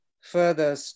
further